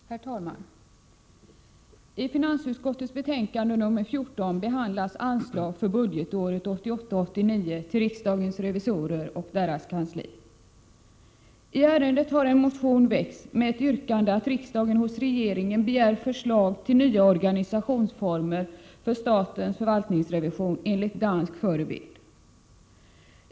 Herr talman! I finansutskottets betänkande nr 14 behandlas anslag för budgetåret 1988/89 till riksdagens revisorer och deras kansli. I ärendet har en motion väckts med ett yrkande att riksdagen från hos regeringen begär förslag till nya organisationsformer för statens förvaltningsrevision enligt dansk förebild.